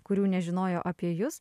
kurių nežinojo apie jus